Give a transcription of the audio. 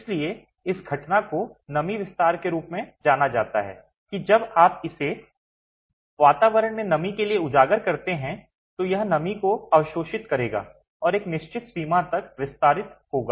इसलिए इस घटना को नमी विस्तार के रूप में जाना जाता है कि जब आप इसे वातावरण में नमी के लिए उजागर करते हैं तो यह नमी को अवशोषित करेगा और एक निश्चित सीमा तक विस्तारित होगा